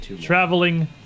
Traveling